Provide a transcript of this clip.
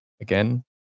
again